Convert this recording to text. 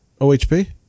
OHP